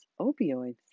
opioids